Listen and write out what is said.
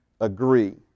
agree